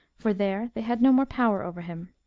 for there they had no more power over him.